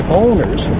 owners